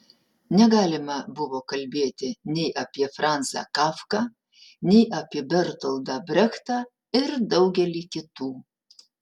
negalima buvo kalbėti nei apie franzą kafką nei apie bertoldą brechtą ir daugelį kitų